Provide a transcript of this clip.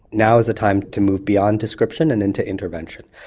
now is the time to move beyond description and into intervention,